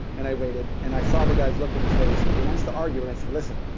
and i waited and i saw the guy's look on his face, and he wants to argue. and i said, listen.